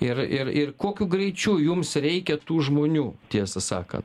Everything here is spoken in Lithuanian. ir kokiu greičiu jums reikia tų žmonių tiesą sakant